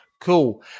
Cool